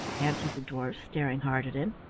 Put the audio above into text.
answered the dwarfs, staring hard at him.